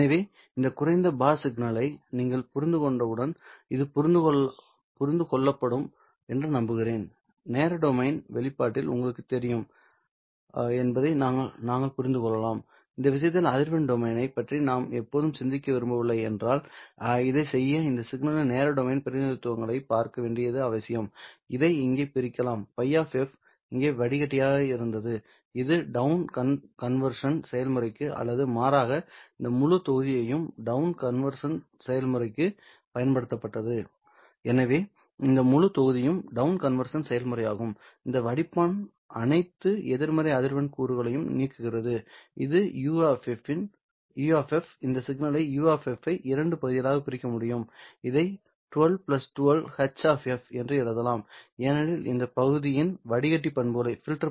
எனவே இந்த குறைந்த பாஸ் சிக்னலை நீங்கள் புரிந்து கொண்டவுடன் இது புரிந்து கொள்ளப்படும் என்று நம்புகிறேன்நேர டொமைன் வெளிப்பாட்டில் உங்களுக்குத் தெரியும் என்பதையும் நாங்கள் புரிந்து கொள்ளலாம் இந்த விஷயத்தில் அதிர்வெண் டொமைனைப் பற்றி நாம் எப்போதும் சிந்திக்க விரும்பவில்லை என்றால் இதைச் செய்ய இந்த சிக்னல்களின் நேர டொமைன் பிரதிநிதித்துவங்களையும் பார்க்க வேண்டியது அவசியம் இதை இங்கே பிரிக்கலாம் ϕ இங்கே வடிகட்டியாக இருந்தது இது டவுன் கன்வர்ன்சன் செயல்முறைக்கு அல்லது மாறாக இந்த முழு தொகுதியும் டவுன் கன்வர்ன்சன் செயல்முறைக்கு பயன்படுத்தப்பட்டது எனவே இந்த முழு தொகுதியும் டவுன் கன்வர்ன்சன் செயல்முறையாகும் இந்த வடிப்பான் அனைத்து எதிர்மறை அதிர்வெண் கூறுகளையும் நீக்குகிறது இது U இந்த சிக்னலை U ஐ இரண்டு பகுதிகளாகப் பிரிக்க முடியும் இதை 12 12 H என எழுதலாம் ஏனெனில் இந்த பகுதியின் வடிகட்டி பண்புகளை நான் விவாதிக்க விரும்புகிறேன்